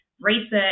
research